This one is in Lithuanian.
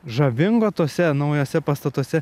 žavingo tuose naujuose pastatuose